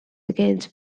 against